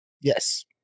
Yes